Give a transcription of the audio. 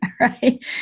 Right